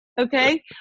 Okay